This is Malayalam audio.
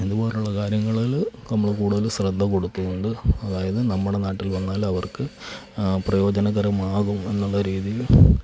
ഇതു പോലുള്ള കാര്യങ്ങളിൽ നമ്മൾ കൂടുതൽ ശ്രദ്ധ കൊടുത്തുകൊണ്ട് അതായത് നമ്മുടെ നാട്ടിൽ വന്നാൽ അവർക്ക് പ്രയോജനകരമാകും എന്നുള്ള രീതിയിൽ